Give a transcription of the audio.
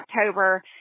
October